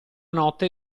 notte